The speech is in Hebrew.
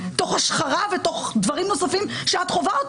תוך השחרה ותוך דברים נוספים שאת חווה.